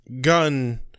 gun